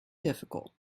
difficult